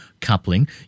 coupling